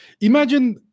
Imagine